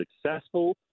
successful